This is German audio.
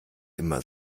immer